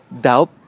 doubt